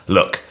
Look